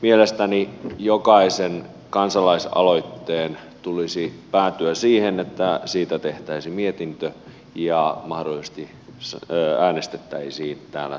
mielestäni jokaisen kansalaisaloitteen tulisi päätyä siihen että siitä tehtäisiin mietintö ja mahdollisesti äänestettäisiin täällä suuressa salissa